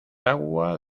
agua